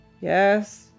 Yes